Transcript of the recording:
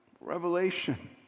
revelation